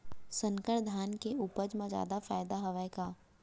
संकर धान के उपज मा जादा फायदा हवय का?